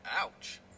Ouch